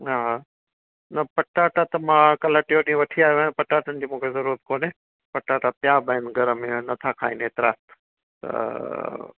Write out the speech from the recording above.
हा न पटाटा त मां कल्हि टियों ॾींहं वठी आयो आहियां पटाटनि जी मूंखे ज़रूरत कोन्हे पटाटा पिया बि आहिनि घर में ऐं नथा खाइनि हेतिरा